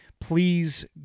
Please